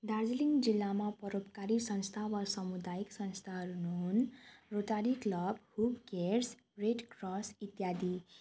दार्जिलिङ जिल्लामा परोपकारी संस्था वा सामुदायिक संस्थाहरू हुन् Rotary Club Who Cares Red Cross इत्यादि